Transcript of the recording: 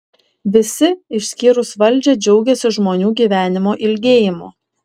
visi išskyrus valdžią džiaugiasi žmonių gyvenimo ilgėjimu